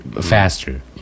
faster